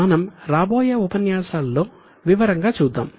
మనం రాబోయే ఉపన్యాసాల్లో వివరంగా చూద్దాం